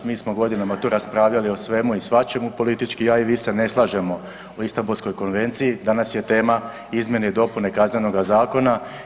Mi smo godinama tu raspravljali o svemu i svačemu, politički ja i vi se ne slažemo o Istambulskoj konvenciji, danas je tema izmjene i dopune Kaznenoga zakona.